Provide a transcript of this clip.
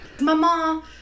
Mama